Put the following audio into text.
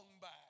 back